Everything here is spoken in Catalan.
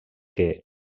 que